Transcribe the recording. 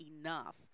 enough